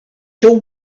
till